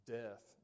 death